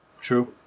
true